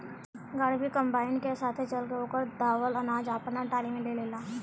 गाड़ी भी कंबाइन के साथे चल के ओकर दावल अनाज आपना टाली में ले लेला